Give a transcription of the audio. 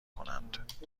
کنند